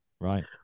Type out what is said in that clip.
Right